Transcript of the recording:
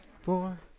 four